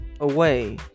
away